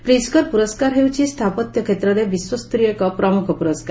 Pritzker ପୁରସ୍କାର ହେଉଛି ସ୍ଥାପତ୍ୟ କ୍ଷେତ୍ରରେ ବିଶ୍ୱସ୍ତରୀୟ ଏକ ପ୍ରମୁଖ ପୁରସ୍କାର